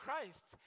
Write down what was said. Christ